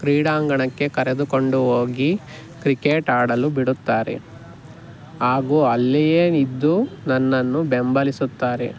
ಕ್ರೀಡಾಂಗಣಕ್ಕೆ ಕರೆದುಕೊಂಡು ಹೋಗಿ ಕ್ರಿಕೆಟ್ ಆಡಲು ಬಿಡುತ್ತಾರೆ ಹಾಗು ಅಲ್ಲಿಯೇ ಇದ್ದು ನನ್ನನ್ನು ಬೆಂಬಲಿಸುತ್ತಾರೆ